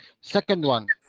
second one,